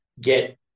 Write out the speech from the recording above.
get